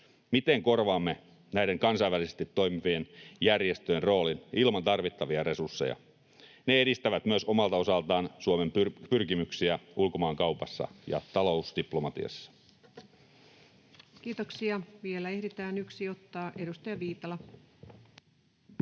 Miten korvaamme näiden kansainvälisesti toimivien järjestöjen roolin ilman tarvittavia resursseja? Ne edistävät omalta osaltaan myös Suomen pyrkimyksiä ulkomaankaupassa ja talousdiplomatiassa. [Speech 125] Speaker: Ensimmäinen varapuhemies